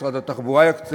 משרד התחבורה יקצה את זה.